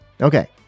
Okay